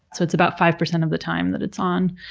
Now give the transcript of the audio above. so it's about five percent of the time that it's on.